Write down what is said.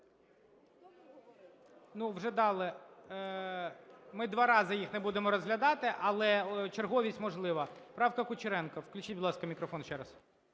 Вже дали, ми два рази їх не будемо розглядати, але черговість можлива. Правка Кучеренка. Включіть, будь ласка, мікрофон ще раз.